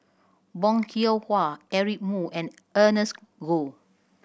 Bong Hiong Hwa Eric Moo and Ernest Goh